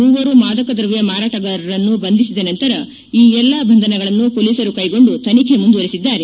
ಮೂವರು ಮಾದಕ ದ್ರವ್ನ ಮಾರಾಟಗಾರರನ್ನು ಬಂಧಿಸಿದ ನಂತರ ಈ ಎಲ್ಲ ಬಂಧನಗಳನ್ನು ಪೊಲೀಸರು ಕೈಗೊಂಡು ತನಿಖೆ ಮುಂದುವರೆಸಿದ್ದಾರೆ